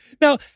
Now